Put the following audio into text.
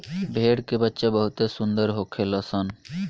भेड़ के बच्चा बहुते सुंदर होखेल सन